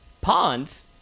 ponds